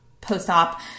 post-op